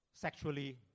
sexually